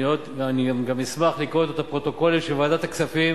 אני גם אשמח לקרוא את הפרוטוקולים של ועדת הכספים